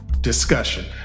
discussion